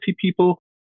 people